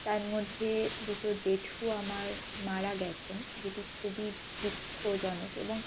তার মধ্যে দুটো জেঠু আমার মারা গিয়েছেন যেটি খুবই দুঃখজনক এবং